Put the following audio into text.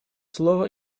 слово